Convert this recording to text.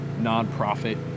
non-profit